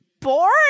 boring